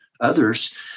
others